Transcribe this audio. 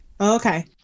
okay